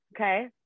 Okay